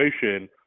situation